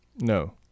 No